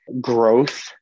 growth